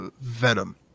Venom